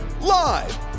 Live